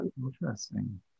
Interesting